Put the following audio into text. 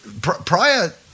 prior